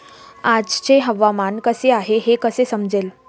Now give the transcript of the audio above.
आजचे हवामान कसे आहे हे कसे समजेल?